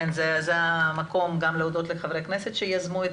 כאן המקום להודות לחברי הכנסת שיזמו את